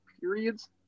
periods